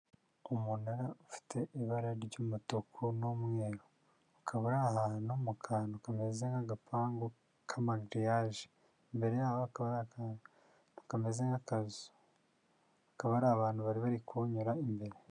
Umunara ufite ibara ry'umutuku n'umweru, ukaba uri ahantu mu kantu kameze nk'agapangu k'amagiriyaje, imbere yaho hakaba hari akantu kameze nk'akazu, hakaba hari abantu bari bari kuwunyura imbere.